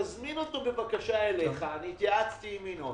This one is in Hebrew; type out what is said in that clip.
תזמין אותו בבקשה אליך - אני התייעצתי עם ינון